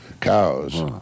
cows